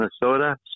Minnesota